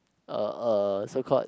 a a so called